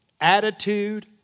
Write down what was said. attitude